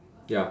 ya